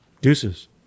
Deuces